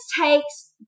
takes